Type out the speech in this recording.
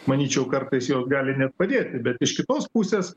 manyčiau kartais jos gali net padėti bet iš kitos pusės